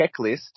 checklist